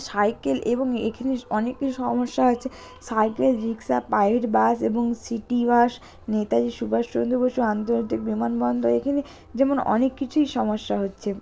cycle এবং এখানে অনেকের সমস্যা হচ্ছে সাইকেল রিক্সা প্রাইভেট বাস এবং সিটি বাস নেতাজি সুভাষ চন্দ্র বসু আন্তর্জাতিক বিমানবন্দর এখানে যেমন অনেক কিছুই সমস্যা হচ্ছে